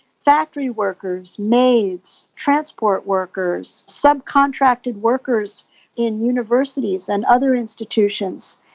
factory workers, maids, transport workers, subcontracted workers in universities and other institutions,